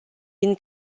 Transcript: been